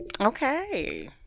Okay